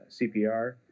CPR